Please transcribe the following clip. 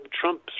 Trump